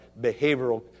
behavioral